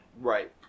Right